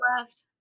left